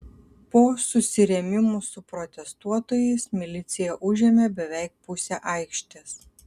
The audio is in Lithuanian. po susirėmimų su protestuotojais milicija užėmė beveik pusę aikštės